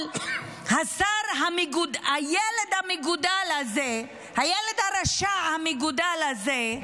אבל השר, הילד המגודל הזה, הילד הרשע המגודל הזה,